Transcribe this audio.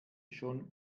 schon